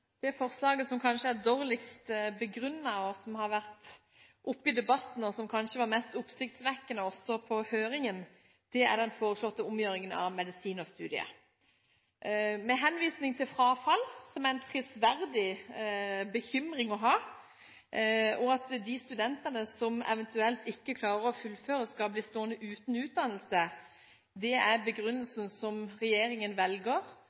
Det forslaget som kanskje er dårligst begrunnet, som har vært oppe i debatten – og som kanskje var det mest oppsiktsvekkende også i høringen – er forslaget om å omgjøre medisinstudiet. Henvisning til frafall – som er en prisverdig bekymring – og til at de studentene som eventuelt ikke klarer å fullføre, skal bli stående uten utdannelse, er den begrunnelsen som regjeringen velger